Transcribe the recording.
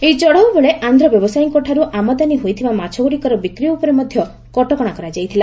ଏହି ଚଢ଼ଉ ବେଳେ ଆନ୍ଧ୍ର ବ୍ୟବସାୟୀଙ୍କଠାରୁ ଆମଦାନୀ ହୋଇଥିବା ମାଛଗୁଡ଼ିକର ବିକ୍ରି ଉପରେ ମଧ୍ଧ କଟକଶା କରାଯାଇଥିଲା